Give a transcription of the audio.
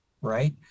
right